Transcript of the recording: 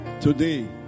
today